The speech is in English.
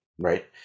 right